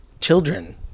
children